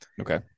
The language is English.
Okay